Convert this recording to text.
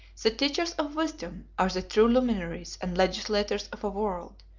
the teachers of wisdom are the true luminaries and legislators of a world,